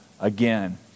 again